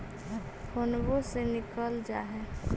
फोनवो से निकल जा है?